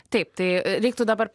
taip tai reiktų dabar